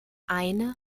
eine